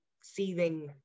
seething